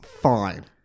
Fine